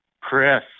Chris